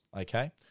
okay